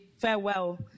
farewell